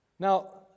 Now